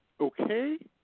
Okay